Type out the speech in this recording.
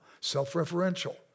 self-referential